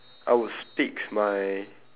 I would speak my